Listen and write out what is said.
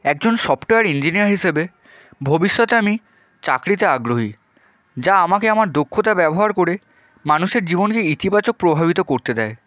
একজন software engineer হিসেবে ভবিষ্যতে আমি চাকরিতে আগ্রহী যা আমাকে আমার দক্ষতা ব্যবহার করে মানুষের জীবনকে ইতিবাচক প্রভাবিত করতে দেয়